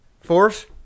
Force